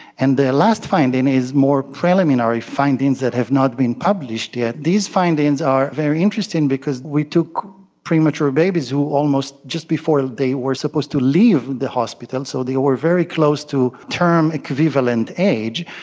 and the last finding is more preliminary findings that have not been published yet. these findings are very interesting because we took premature babies who almost, just before they were supposed to leave the hospital, so they were very close to term equivalent age,